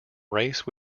race